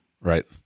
Right